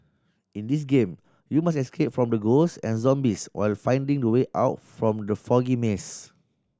in this game you must escape from the ghost and zombies while finding the way out from the foggy maze